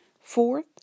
Fourth